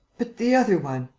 but the other one.